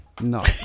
No